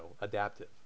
adaptive